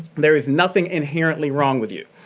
there is nothing inherently wrong with you,